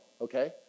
okay